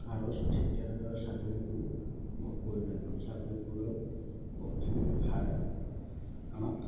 আৰু ঠিক তেনেদৰে ছাগলী গুও বহুত প্ৰয়োজনীয় ছাগলী গুয়েও বহুতখিনি সাৰ আমাক